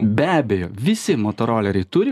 be abejo visi motoroleriai turi